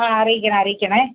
ആ അറിയിക്കണേ അറിയിക്കണേ